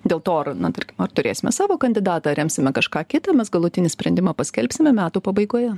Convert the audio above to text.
dėl to ar na tarkim ar turėsime savo kandidatą ar remsime kažką kitą mes galutinį sprendimą paskelbsime metų pabaigoje